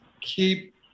keep